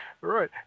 Right